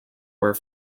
were